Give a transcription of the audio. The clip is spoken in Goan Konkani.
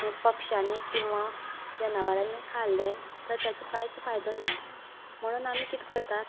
पक्षांनी किंवां जनावरांनी खाल्ले तर त्याचो कांयच फायदो ना म्हणून आमी कितें करतात